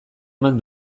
eman